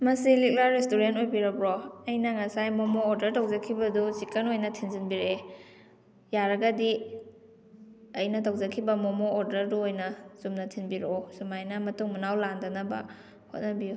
ꯃꯁꯤ ꯂꯤꯛꯂꯥ ꯔꯦꯁꯇꯨꯔꯦꯟ ꯑꯣꯏꯕꯤꯔꯕ꯭ꯔꯣ ꯑꯩꯅ ꯉꯁꯥꯏ ꯃꯣꯃꯣ ꯑꯣꯔꯗꯔ ꯇꯧꯖꯈꯤꯕꯗꯨ ꯆꯤꯛꯀꯟ ꯑꯣꯏꯅ ꯊꯤꯟꯖꯟꯕꯤꯔꯛꯑꯦ ꯌꯥꯔꯒꯗꯤ ꯑꯩꯅ ꯇꯧꯖꯈꯤꯕ ꯃꯣꯃꯣ ꯑꯣꯔꯗꯔꯗꯣ ꯑꯣꯏꯅ ꯆꯨꯝꯅ ꯊꯤꯟꯕꯤꯔꯛꯑꯣ ꯁꯨꯃꯥꯏꯅ ꯃꯇꯨꯡ ꯃꯅꯥꯎ ꯂꯥꯟꯗꯅꯕ ꯍꯣꯠꯅꯕꯤꯎ